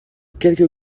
quelques